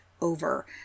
over